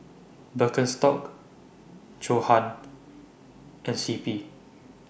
Birkenstock Johan and C P